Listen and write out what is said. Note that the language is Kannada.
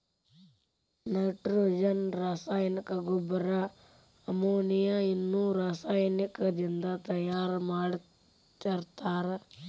ನೈಟ್ರೋಜನ್ ರಾಸಾಯನಿಕ ಗೊಬ್ಬರ ಅಮೋನಿಯಾ ಅನ್ನೋ ರಾಸಾಯನಿಕದಿಂದ ತಯಾರ್ ಮಾಡಿರ್ತಾರ